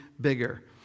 bigger